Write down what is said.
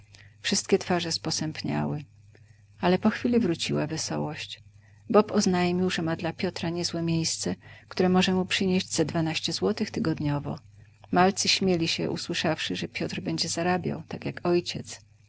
wszystkie twarze sposępniały ale po chwili wróciła wesołość bob oznajmił że ma dla piotra niezłe miejsce które może mu przynieść ze dwanaście złotych tygodniowo malcy śmieli się usłyszawszy że piotr będzie zarabiał tak jak ojciec